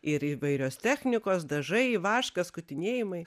ir įvairios technikos dažai vaškas skutinėjimai